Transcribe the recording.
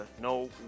No